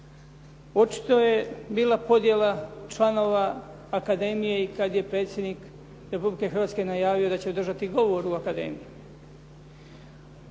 Očito je bila podjela članova akademije i kad je Predsjednik Republike Hrvatske najavio da će održati govor u akademiji.